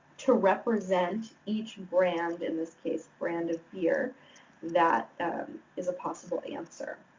to represent each and brand in this case, brand of beer that is a possible answer.